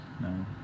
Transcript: No